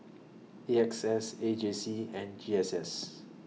A X S A J C and G S S